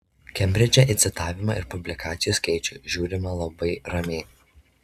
kembridže į citavimą ir publikacijų skaičių žiūrima labai ramiai